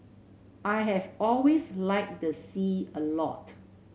I have always liked the sea a lot